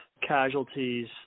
casualties